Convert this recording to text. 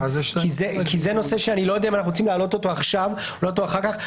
כי זה נושא שאני לא יודע אם אנחנו רוצים להעלות אותו עכשיו או אחר כך,